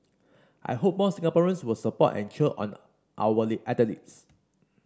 I hope more Singaporeans will support and cheer on our athletes